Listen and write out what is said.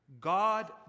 God